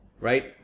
right